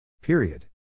Period